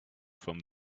from